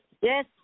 Yes